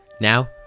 Now